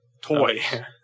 toy